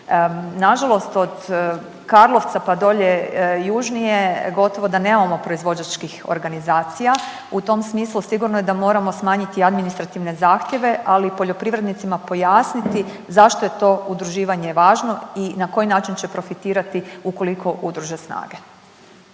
Nažalost od Karlovca pa dolje južnije gotovo da nemamo proizvođačkih organizacija. U tom smislu sigurno je da moramo smanjiti administrativne zahtjeve, ali i poljoprivrednicima pojasniti zašto je to udruživanje važno i na koji način će profitirati ukoliko udruže snage.